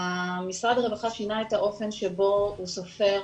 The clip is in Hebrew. משרד הרווחה שינה את האופן שבו הוא סופר,